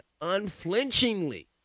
unflinchingly